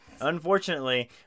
Unfortunately